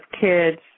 kids